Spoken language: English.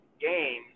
games